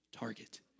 target